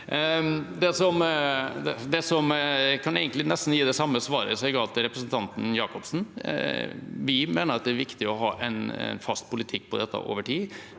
gi nesten det samme svaret som jeg ga til representanten Jacobsen: Vi mener det er viktig å ha en fast politikk på dette over tid.